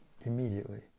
immediately